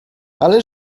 ale